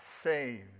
saved